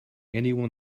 anyone